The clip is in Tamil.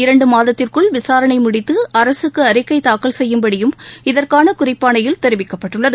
இரண்டு மாதத்திற்குள் விசாரணை முடித்து அரசுக்கு அறிக்கை தாக்கல் செய்யும்படியும் இதற்கான குறிப்பாணையில் தெரிவிக்கப்பட்டுள்ளது